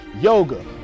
yoga